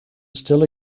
still